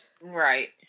Right